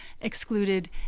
excluded